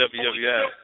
WWF